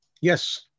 Yes